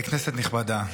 כנסת נכבדה,